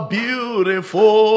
beautiful